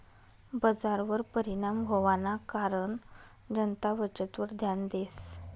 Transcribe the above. बजारवर परिणाम व्हवाना कारण जनता बचतवर ध्यान देस